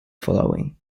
following